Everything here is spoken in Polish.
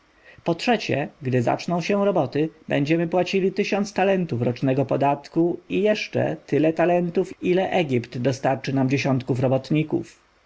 po trzecie gdy zaczną się roboty będziemy płacili tysiąc talentów rocznego podatku i jeszcze tyle talentów ile egipt dostarczy nam dziesiątków robotników